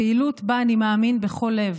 פעילות שבה אני מאמין בכל לב.